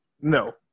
No